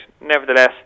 Nevertheless